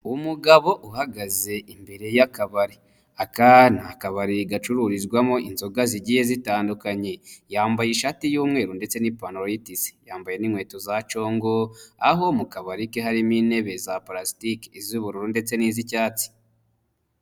Umugabo uhagaze imbere y'akabari, aka ni akabari gacururizwamo inzoga zigiye zitandukanye, yambaye ishati y'umweru ndetse n'ipantaro y'itise, yambaye n'inkweto za congo aho mu kabari ke harimo intebe za parasitike iz'ubururu ndetse n'iz'icyatsi.